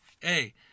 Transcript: hey